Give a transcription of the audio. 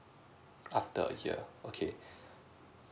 after a year okay